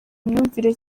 imyumvire